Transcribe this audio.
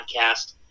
podcast